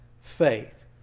faith